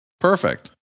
Perfect